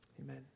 Amen